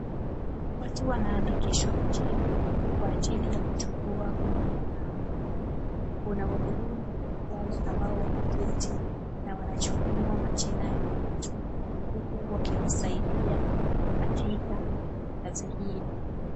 Watu wanaandikishwa majina kwa ajili ya kuchukua huduma namba. Kuna wahudumu, wale ambao wameketi na wanachukua majina ya watu, huku wakiwasaidia katika kazi hiyo.